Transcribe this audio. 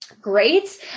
Great